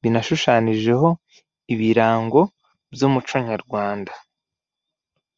binashushanyijeho ibirango by' umuco nyarwanda.